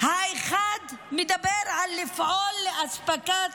האחד מדבר על לפעול לאספקת